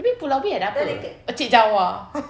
I mean pulau ubin ada apa chek jawa